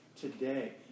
today